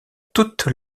toutes